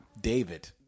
David